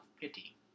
Pity